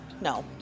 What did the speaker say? No